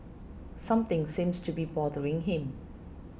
something seems to be bothering him